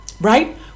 right